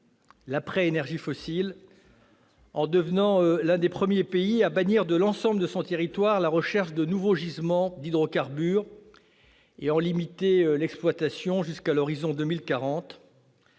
l'après-énergies fossiles, en devenant l'un des premiers pays à bannir de l'ensemble de son territoire la recherche de nouveaux gisements d'hydrocarbures, et à en limiter l'exploitation jusqu'à l'horizon 2040